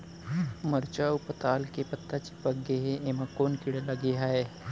मरचा अऊ पताल के पत्ता चिपक गे हे, एमा कोन कीड़ा लगे है?